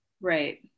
Right